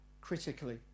critically